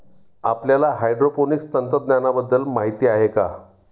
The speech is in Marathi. आपल्याला हायड्रोपोनिक्स तंत्रज्ञानाबद्दल माहिती आहे का?